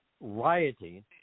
rioting